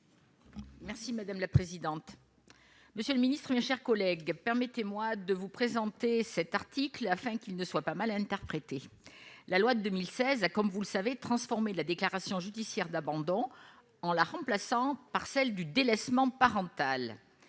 Merci madame la présidente, monsieur le Ministre, mes chers collègues permettez-moi de vous présenter cet article afin qu'il ne soit pas mal interprété la loi de 2016 a, comme vous le savez, transformer de la déclaration judiciaire d'abandon en la remplaçant par celle du délaissement parental